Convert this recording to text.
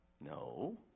no